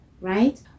right